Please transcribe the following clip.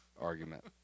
argument